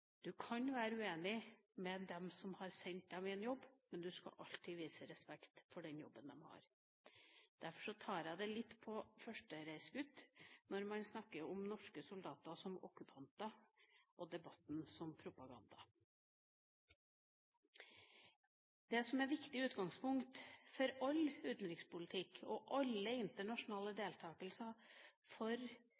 kan være uenig med dem som har sendt dem ut i en jobb, men en skal alltid vise respekt for den jobben de har. Derfor ser jeg det litt som en uttalelse fra en førstereisgutt når en snakker om norske soldater som okkupanter og debatten som propaganda. Det som er et viktig utgangspunkt for all utenrikspolitikk og alle internasjonale